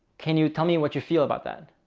can you tell me what you feel about that?